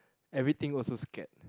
everything also scared